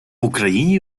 україні